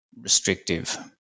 restrictive